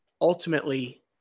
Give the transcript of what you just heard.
ultimately